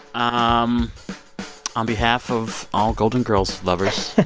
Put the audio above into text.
ah um um behalf of all golden girls lovers,